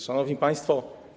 Szanowni Państwo!